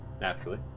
naturally